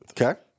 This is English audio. Okay